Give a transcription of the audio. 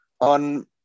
on